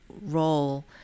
role